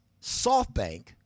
SoftBank